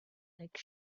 like